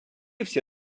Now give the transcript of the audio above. всі